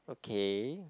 okay